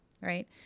right